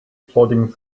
plodding